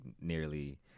nearly